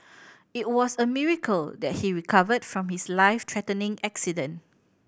it was a miracle that he recovered from his life threatening accident